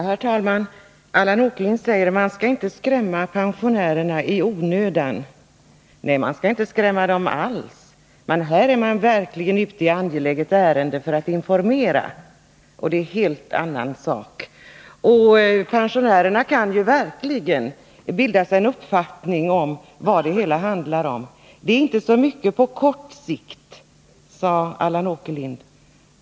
Herr talman! Allan Åkerlind säger att man inte skall skrämma pensionärerna i onödan. Nej, man skall inte skrämma dem alls. Men här är man verkligen ute i angeläget ärende för att informera, och det är en helt annan sak. Pensionärerna kan faktiskt bilda sig en uppfattning om vad det hela handlar om. Det händer inte så mycket på kort sikt, sade Allan Åkerlind.